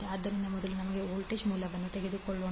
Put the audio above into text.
ಆದ್ದರಿಂದ ಮೊದಲು ನಮಗೆ ವೋಲ್ಟೇಜ್ ಮೂಲವನ್ನು ತೆಗೆದುಕೊಳ್ಳೋಣ